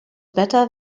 better